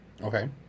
Okay